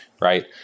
right